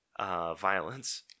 violence